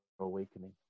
awakening